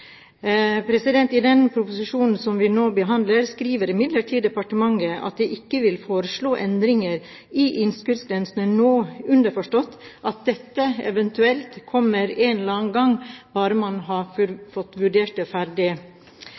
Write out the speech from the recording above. I den proposisjonen som vi nå behandler, skriver imidlertid departementet at de ikke vil foreslå endringer i innskuddsgrensene nå, underforstått at dette eventuelt kommer en eller annen gang bare man har fått vurdert det ferdig.